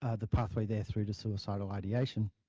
ah the pathway there through to suicidal ideation